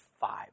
five